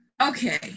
Okay